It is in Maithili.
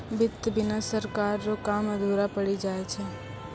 वित्त बिना सरकार रो काम अधुरा पड़ी जाय छै